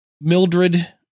Mildred